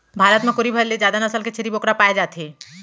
भारत म कोरी भर ले जादा नसल के छेरी बोकरा पाए जाथे